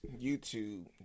YouTube